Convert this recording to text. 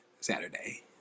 saturday